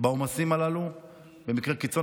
בעומסים הללו במקרה קיצון.